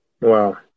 wow